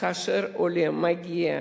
כאשר עולה מגיע,